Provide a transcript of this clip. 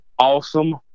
awesome